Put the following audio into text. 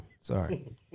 Sorry